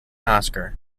oscar